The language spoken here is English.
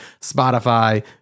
spotify